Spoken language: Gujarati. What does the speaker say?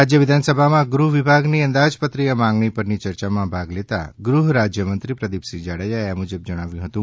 રાજ્ય વિધાનસભામાં ગૃહવિભાગની અંદાજપત્રીય માગણી પરની ચર્ચામાં ભાગ લેતા ગૃહરાજ્યમંત્રી પ્રદીપસિંહ જાડેજાએ આ મુજબ જણાવ્યું હતું